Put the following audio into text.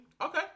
Okay